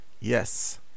Yes